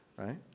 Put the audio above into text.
right